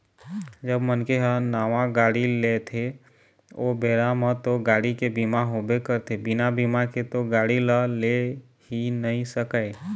जब मनखे ह नावा गाड़ी लेथे ओ बेरा म तो गाड़ी के बीमा होबे करथे बिना बीमा के तो गाड़ी ल ले ही नइ सकय